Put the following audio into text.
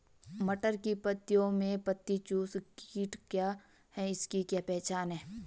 मटर की पत्तियों में पत्ती चूसक कीट क्या है इसकी क्या पहचान है?